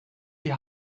die